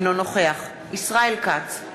אינו נוכח ישראל כץ,